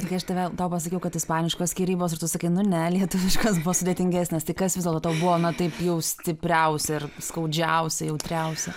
kai aš tave tau pasakiau kad ispaniškos skyrybos ir tu sakai nu ne lietuviškos bus sudėtingesnės tai kas vis dėlto tau buvo na taip jau stipriausia ir skaudžiausia jautriausia